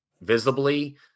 visibly